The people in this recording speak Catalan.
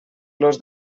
los